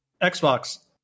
Xbox